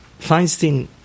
Feinstein